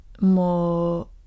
more